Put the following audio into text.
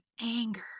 anger